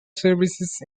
services